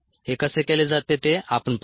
हे कसे केले जाते ते आपण पाहू